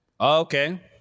Okay